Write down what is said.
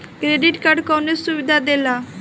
Credit card कौन सुबिधा देला?